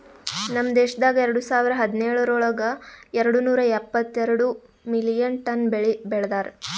ನಮ್ ದೇಶದಾಗ್ ಎರಡು ಸಾವಿರ ಹದಿನೇಳರೊಳಗ್ ಎರಡು ನೂರಾ ಎಪ್ಪತ್ತೆರಡು ಮಿಲಿಯನ್ ಟನ್ ಬೆಳಿ ಬೆ ಳದಾರ್